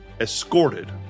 escorted